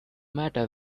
matter